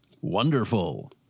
Wonderful